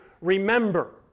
remember